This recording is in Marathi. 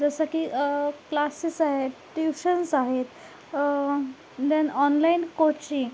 जसं की क्लासेस आहेत ट्यूशन्स आहेत दॅन ऑनलाईन कोचिन